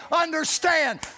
understand